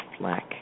black